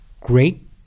great